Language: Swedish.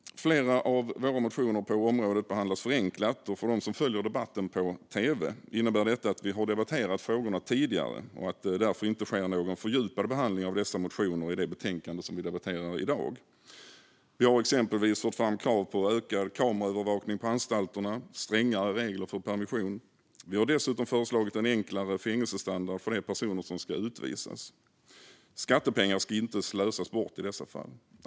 Flera av våra motioner på området behandlas förenklat. För den som följer debatten på tv kan jag berätta att det innebär att frågorna har debatterats tidigare och att det därför inte sker någon fördjupad behandling av dessa motioner i det betänkande som debatteras i dag. Vi har exempelvis fört fram krav på ökad kameraövervakning på anstalterna och strängare regler för permission. Vi har dessutom föreslagit en enklare fängelsestandard för de personer som ska utvisas. Skattepengar ska inte slösas bort i dessa fall.